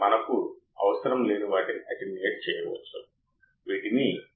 ఒకవేళ Vinverting Vnon inverting కంటే ఎక్కువగా ఉంటే అవుట్పుట్ ప్రతికూలంగా ఉంటుంది